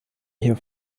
hier